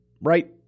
right